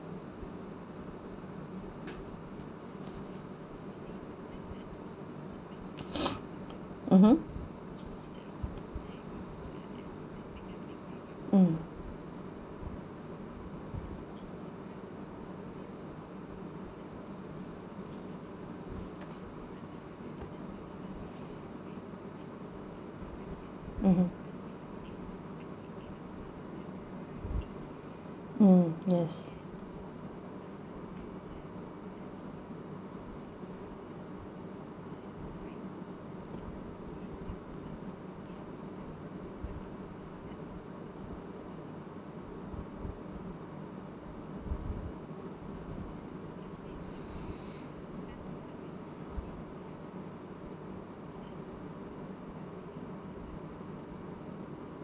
mmhmm mm mmhmm mm yes